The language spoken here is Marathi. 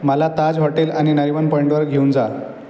मला ताज हॉटेल आणि नरिमन पॉईंटवर घेऊन जा